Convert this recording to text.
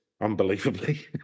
unbelievably